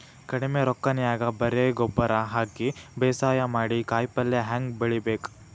ಕಡಿಮಿ ರೊಕ್ಕನ್ಯಾಗ ಬರೇ ಗೊಬ್ಬರ ಹಾಕಿ ಬೇಸಾಯ ಮಾಡಿ, ಕಾಯಿಪಲ್ಯ ಹ್ಯಾಂಗ್ ಬೆಳಿಬೇಕ್?